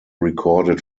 recorded